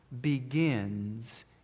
begins